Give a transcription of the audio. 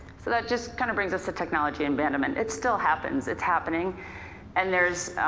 so that just kind of brings us to technology and abandonment. it still happens, it's happening and there's